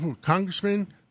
Congressman